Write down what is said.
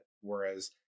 Whereas